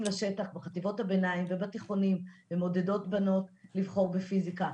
לשטח בחטיבות הביניים ובבתי הספר התיכונים ומעודדות בנות לבחור בפיזיקה,